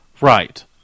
Right